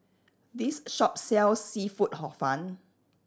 this shop sells seafood Hor Fun